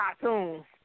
cartoon